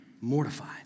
mortified